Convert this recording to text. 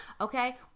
okay